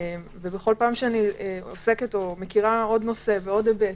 בכל פעם שאני מכירה עוד נושא ועוד היבט